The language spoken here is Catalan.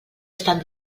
estan